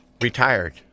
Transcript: retired